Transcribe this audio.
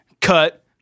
Cut